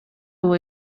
było